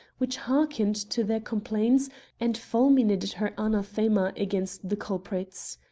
which hearkened to their complaints and fulminated her anathema against the culprits.